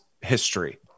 history